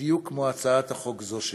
בדיוק כמו הצעת החוק הזאת שלי.